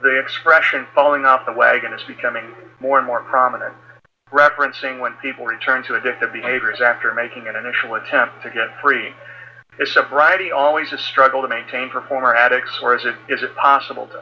the expression falling off the wagon is becoming more and more prominent referencing when people return to addictive behaviors after making initial attempts to get free his sobriety always a struggle to maintain for former addicts or as it is possible to